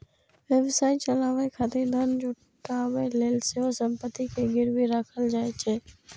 व्यवसाय चलाबै खातिर धन जुटाबै लेल सेहो संपत्ति कें गिरवी राखल जाइ छै